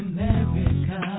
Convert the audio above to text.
America